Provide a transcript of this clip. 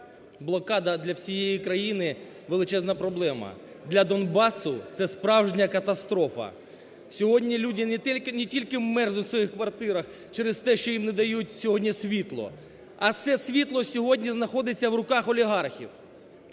блокада для всієї країни – величезна проблема. Для Донбасу – це справжня катастрофа. Сьогодні люди не тільки мерзнуть в своїх квартирах через те, що їм не дають сьогодні світло, а це світло сьогодні знаходиться в руках олігархів.